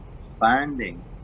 finding